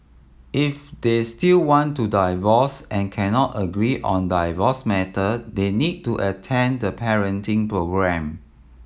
if they still want to divorce and cannot agree on divorce matter they need to attend the parenting programme